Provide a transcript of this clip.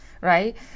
right